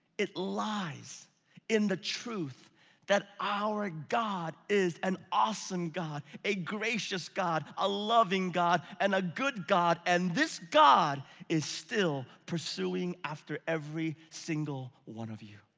it lies in the truth that our ah god is an awesome god, a gracious god, a loving god, and a good god, and this god is still pursuing after every single one of you.